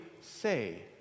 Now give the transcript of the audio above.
say